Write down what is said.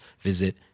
visit